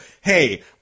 Hey